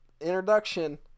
introduction